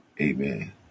Amen